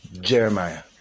Jeremiah